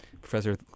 Professor